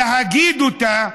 להגיד אותה,